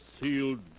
sealed